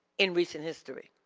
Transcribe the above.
in recent history.